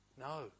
No